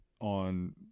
on